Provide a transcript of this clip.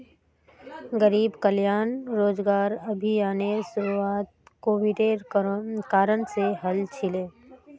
गरीब कल्याण रोजगार अभियानेर शुरुआत कोविडेर कारण से हल छिले